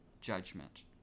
judgment